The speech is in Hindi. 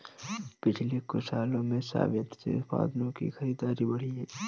पिछले कुछ सालों में स्वदेशी उत्पादों की खरीद बढ़ी है